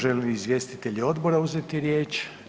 Želi li izvjestitelji odbora uzeti riječ?